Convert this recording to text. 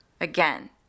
Again